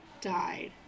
died